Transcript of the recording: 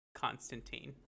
Constantine